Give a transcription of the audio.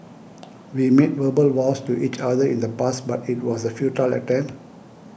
we made verbal vows to each other in the past but it was a futile attempt